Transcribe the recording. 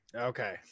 Okay